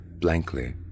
blankly